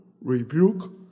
rebuke